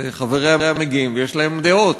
וחבריה מגיעים,